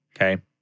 Okay